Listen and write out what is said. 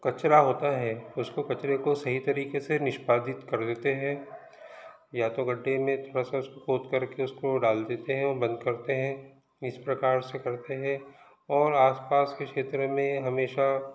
कचरा होता है उसको कचरे को सही तरीके से निष्पादित कर देते हैं या तो गड्ढे में थोड़ा सा उसको खोद करके उसको डाल देते हैं और बंद करते हैं इस प्रकार से करते हैं और आस पास के क्षेत्रों में हमेशा